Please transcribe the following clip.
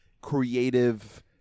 creative